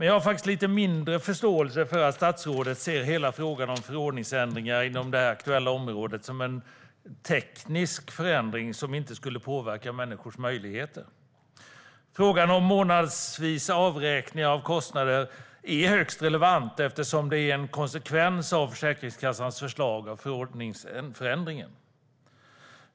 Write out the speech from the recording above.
Jag har dock mindre förståelse för att statsrådet ser hela frågan om förordningsändringar inom det aktuella området som en teknisk förändring som inte skulle påverka människors möjligheter. Frågan om månadsvisa avräkningar av kostnader är högst relevant eftersom det är en konsekvens av Försäkringskassans förslag om förordningsändring.